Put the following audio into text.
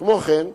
כמו כן,